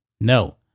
No